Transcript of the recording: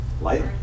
light